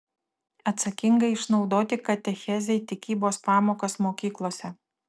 atsakingai išnaudoti katechezei tikybos pamokas mokyklose